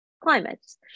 climates